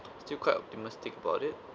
still quite optimistic about it